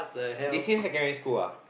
they same secondary school ah